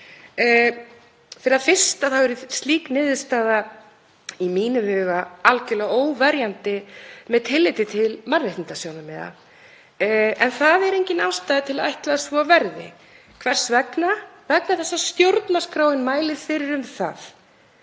Fyrir það fyrsta yrði slík niðurstaða í mínum huga algerlega óverjandi með tilliti til mannréttindasjónarmiða. En það er engin ástæða til að ætla að svo verði. Hvers vegna? Vegna þess að stjórnarskráin mælir fyrir um það,